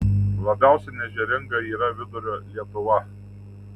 labiausiai neežeringa yra vidurio lietuva